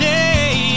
day